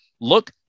Look